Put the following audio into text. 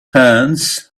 hands